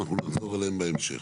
ואנחנו נחזור עליהן בהמשך.